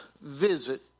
visit